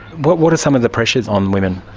what what are some of the pressures on women?